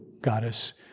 goddess